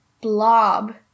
blob